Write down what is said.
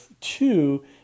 two